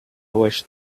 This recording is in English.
wish